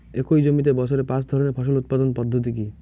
একই জমিতে বছরে পাঁচ ধরনের ফসল উৎপাদন পদ্ধতি কী?